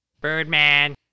Birdman